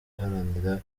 baharanira